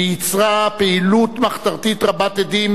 שייצרה פעילות מחתרתית רבת-הדים,